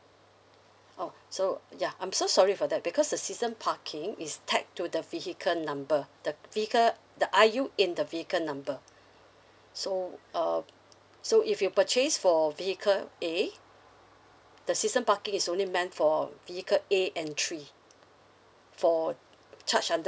oh so ya I'm so sorry for that because the season parking is tied to the vehicle number the vehicle the I_U in the vehicle number so uh so if you purchase for vehicle A the season parking is only meant for vehicle A entry for charge under